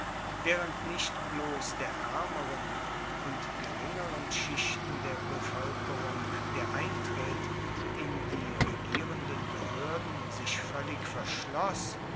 waehrend nicht bloss der aermeren und geringeren schichten der bevoelkerung der eintritt in die regierenden behoerden sich voellig verschloss